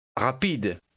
Rapide